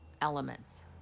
elements